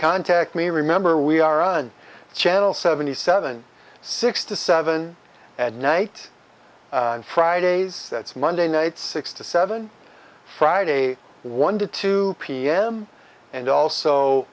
contact me remember we are on channel seventy seven six to seven at night on fridays that's monday night six to seven friday one to two pm and also